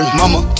mama